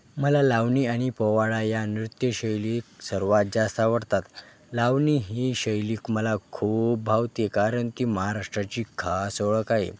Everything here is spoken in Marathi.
मला लावणी आणि पोवाडा या नृत्यशैली सर्वात जास्त आवडतात लावणी ही शैली मला खूप भावते कारण ती महाराष्ट्राची खास ओळख आहे